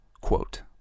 Quote